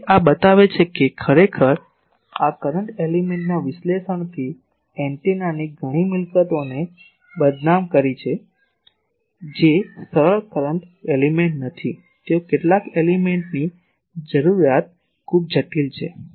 તેથી આ બતાવે છે કે ખરેખર આ કરંટ એલીમેન્ટના વિશ્લેષણથી એન્ટેનાની ઘણી મિલકતોને બદનામ કરી છે જે સરળ કરંટ એલિમેન્ટ નથી તેઓ કેટલાક એન્ટેનાની રજૂઆત ખૂબ જટિલ છે